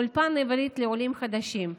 אולפן עברית לעולים חדשים.